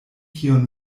kion